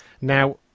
Now